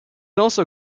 also